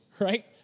right